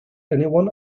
anyone